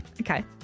Okay